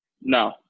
No